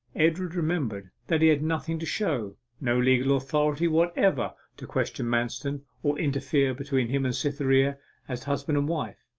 edward remembered that he had nothing to show no legal authority whatever to question manston or interfere between him and cytherea as husband and wife.